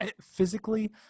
physically